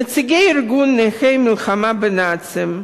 נציגי ארגון נכי המלחמה בנאצים,